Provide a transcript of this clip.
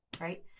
right